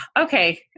Okay